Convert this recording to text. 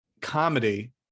comedy